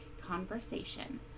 conversation